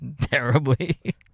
Terribly